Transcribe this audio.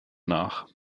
nach